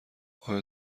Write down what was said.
آیا